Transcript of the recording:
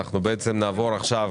אנחנו נעבור עכשיו